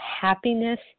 happiness